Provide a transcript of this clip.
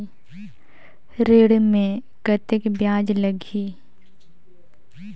ऋण मे कतेक ब्याज लगही?